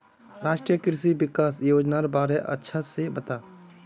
राष्ट्रीय कृषि विकास योजनार बारे अच्छा से बता